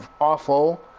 awful